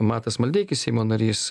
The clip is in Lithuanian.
matas maldeikis seimo narys